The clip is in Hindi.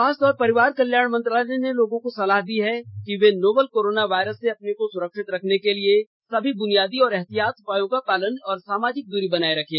स्वास्थ्य और परिवार कल्याण मंत्रालय ने लोगों को सलाह दी है कि वे नोवल कोरोना वायरस से अपने को सुरक्षित रखने के लिए सभी बुनियादी एहतियाती उपायों का पालन करें और सामाजिक दूरी बनाए रखें